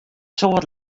soad